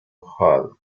hall